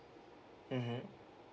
mmhmm